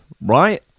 right